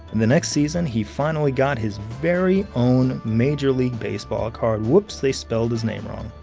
in the next season, he finally got his very own major league baseball card whoops, they spelled his name wrong.